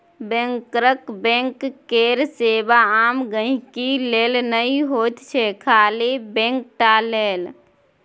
बैंकरक बैंक केर सेबा आम गांहिकी लेल नहि होइ छै खाली बैंक टा लेल